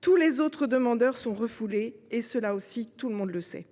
Tous les autres demandeurs sont refoulés. Là aussi, personne ne l’ignore.